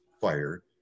fire